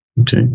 Okay